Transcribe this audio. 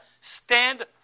stand